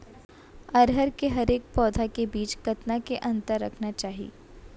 अरहर के हरेक पौधा के बीच कतना के अंतर रखना चाही?